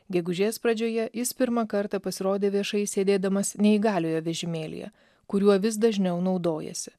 gegužės pradžioje jis pirmą kartą pasirodė viešai sėdėdamas neįgaliojo vežimėlyje kuriuo vis dažniau naudojasi